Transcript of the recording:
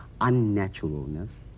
unnaturalness